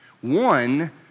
One